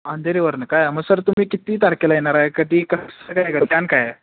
अंधेरीवरनं काय मग सर तुम्ही किती तारखेला येणार आहे कधी कसं काय आहे